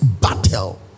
battle